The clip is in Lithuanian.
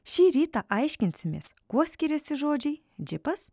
šį rytą aiškinsimės kuo skiriasi žodžiai džipas